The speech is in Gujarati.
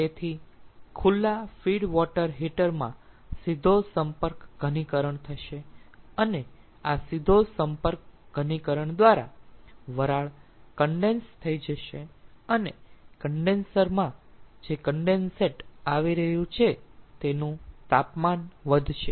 તેથી ખુલ્લા ફીડ વોટર હીટર માં સીધો સંપર્ક ઘનીકરણ થશે અને આ સીધો સંપર્ક ઘનીકરણ દ્વારા વરાળ કન્ડેન્સ થઈ જશે અને કન્ડેન્સર માં જે કન્ડેન્સેટ આવી રહ્યું છે તેનું તાપમાન વધશે